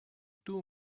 too